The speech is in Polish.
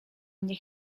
mnie